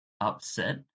upset